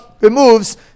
removes